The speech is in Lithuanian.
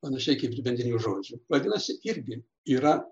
panašiai kaip ir bendrinių žodžių vadinasi irgi yra